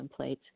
templates